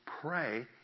pray